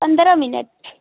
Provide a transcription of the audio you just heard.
पंद्रह मिनट